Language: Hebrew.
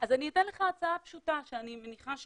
אז אני אתן לך הצעה פשוטה, שאני מניחה שפרופ'